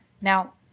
Now